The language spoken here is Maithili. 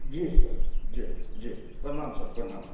जी सर जी जी प्रणाम सर प्रणाम